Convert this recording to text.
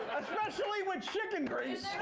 especially with chicken grease.